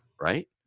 right